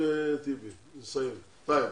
אני מתנצל שלא הגעתי בתחילת הדיון